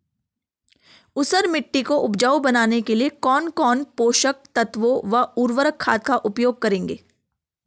ऊसर मिट्टी को उपजाऊ बनाने के लिए कौन कौन पोषक तत्वों व उर्वरक खाद का उपयोग करेंगे?